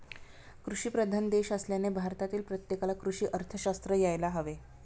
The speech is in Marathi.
कृषीप्रधान देश असल्याने भारतातील प्रत्येकाला कृषी अर्थशास्त्र यायला हवे